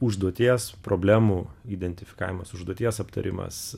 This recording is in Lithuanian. užduoties problemų identifikavimas užduoties aptarimas